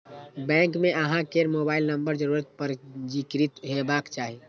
bank मे अहां केर मोबाइल नंबर जरूर पंजीकृत हेबाक चाही